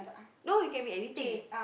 no it can be anything